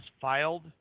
filed